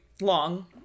long